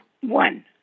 one